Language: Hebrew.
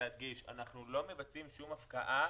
להדגיש: אנחנו לא מבצעים שום הפקעה